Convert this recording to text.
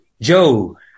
Joe